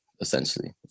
essentially